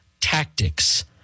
tactics